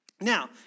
Now